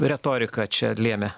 retorika čia lėmė